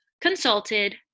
consulted